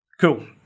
Cool